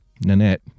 Nanette